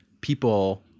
people